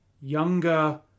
younger